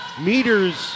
Meters